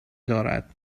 دارد